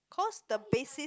cause the basis